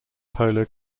polo